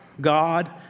God